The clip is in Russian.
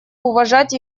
уважать